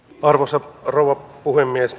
arvoisa rouva puhemies